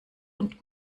und